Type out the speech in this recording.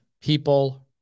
people